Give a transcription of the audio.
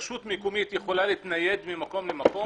רשות מקומית יכולה להתנייד ממקום למקום?